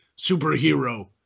superhero